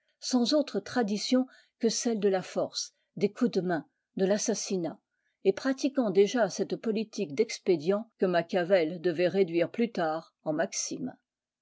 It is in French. sans autres traditions que celles de la force des coups de main de l'assassinat et pratiquant déjà cette politique d'expédients que machiavel devait réduire plus tard en maximes